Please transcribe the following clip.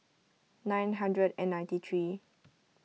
nine hundred and ninety three